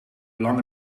lange